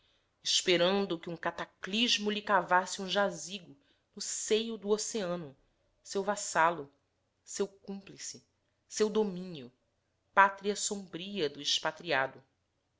esperando que um cataclismo lhe cavasse um jazigo no seio do oceano seu vassalo seu cúmplice seu domínio pátria sombria do